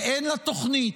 ואין לה תוכנית,